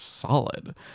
solid